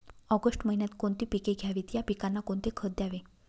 August महिन्यात कोणती पिके घ्यावीत? या पिकांना कोणते खत द्यावे?